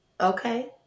Okay